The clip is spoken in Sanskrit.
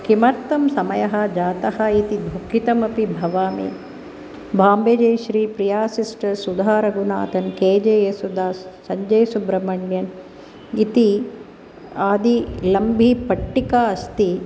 किमर्थं समयः जातः इति दुःखितमपि भवामि Bombay Jayashri Priya sisters Sudha Raghunathan K J Yesudas Sanjay Subramanian इति आदि लम्बि पट्टिका अस्ति